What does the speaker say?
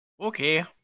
Okay